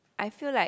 I feel like